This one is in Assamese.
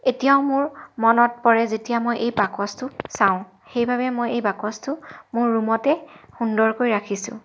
এতিয়াও মোৰ মনত পৰে যেতিয়া মই বাকচটো চাওঁ সেইবাবে মই এই বাকচটো মোৰ ৰূমতে সুন্দৰকৈ ৰাখিছোঁ